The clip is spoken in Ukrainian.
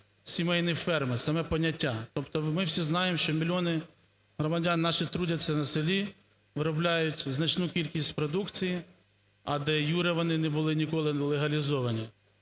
сімейні ферми, саме поняття. Тобто ми всі знаємо, що мільйони громадян наших трудяться на селі, виробляють значну кількість продукції, а де-юре вони не були ніколи легалізовані.